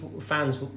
fans